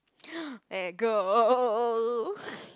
let go